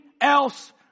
else